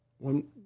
One